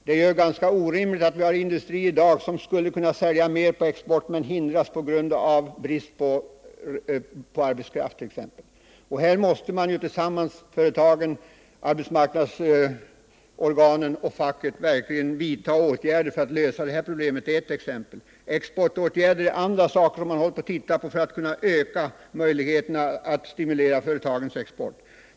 Det är orimligt att vi har industrier som i dag skulle kunna sälja mer på export men som hindras att göra detta, till följd av brist på arbetskraft t.ex. Här måste företagen, arbetsmarknadsorganen och facket tillsammans vidta åtgärder för att lösa problemet. Detta är ett exempel. Exportfrämjande åtgärder är andra saker som man ser på för att undersöka hur man skall kunna öka möjligheterna att stimulera företagens export.